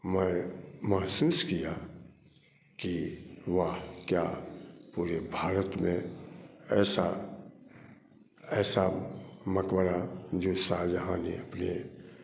मैं महसूस किया कि वह क्या पूरे भारत में ऐसा ऐसा मक़बरा जो शाहजहाँ ने अपने